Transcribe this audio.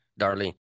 Darlene